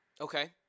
Okay